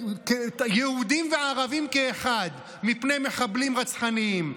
יהודים וערבים כאחד, מפני מחבלים רצחניים.